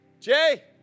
Jay